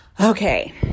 Okay